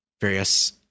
Various